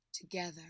Together